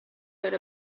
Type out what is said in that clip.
with